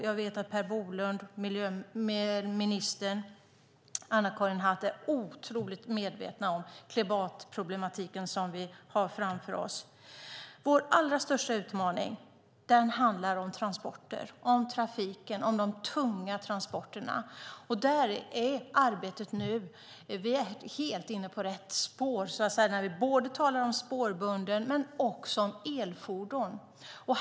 Jag vet att Per Bolund och statsrådet Anna-Karin Hatt är otroligt medvetna om den klimatproblematik som vi har framför oss. Vår allra största utmaning handlar om transporter, om trafiken och om de tunga transporterna. Där är arbetet nu helt inne på rätt spår när vi talar om både spårbunden trafik och elfordon.